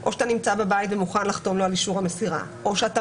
או שאתה נמצא בבית ומוכן לחתום לו על אישור המסירה או שאתה